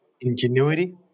ingenuity